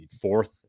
Fourth